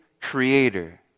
Creator